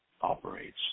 operates